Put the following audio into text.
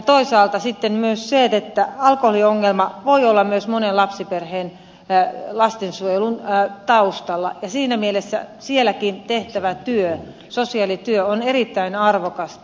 toisaalta sitten myös se että alkoholiongelma voi olla myös monen lapsiperheen lastensuojelun taustalla ja siinä mielessä sielläkin tehtävä sosiaalityö on erittäin arvokasta